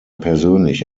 persönlich